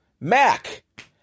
Mac